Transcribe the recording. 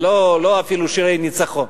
אפילו לא שירי ניצחון.